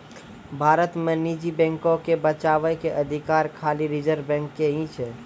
भारत मे निजी बैको के बचाबै के अधिकार खाली रिजर्व बैंक के ही छै